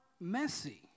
messy